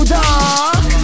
dark